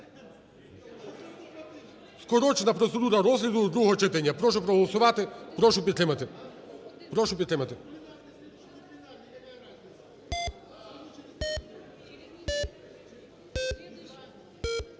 Скорочена процедура розгляду до другого читання. Прошу проголосувати. Прошу підтримати, прошу підтримати.